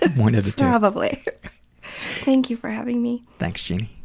ah one of the two. probably. thank you for having me. thanks jeanie.